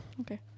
Okay